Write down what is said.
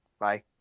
bye